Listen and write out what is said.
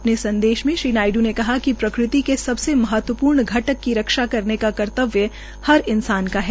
अपने संदेश में श्री नायड् ने कहा कि प्रकृति के सबसे महत्वपूर्ण धटक की रक्षा करने का कर्त्तवय हर इंसान का है